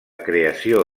creació